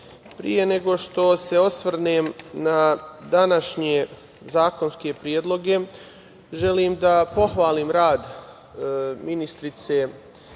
pre nego što se osvrnem na današnje zakonske predloge, želim da pohvalim rad ministrice Anđelke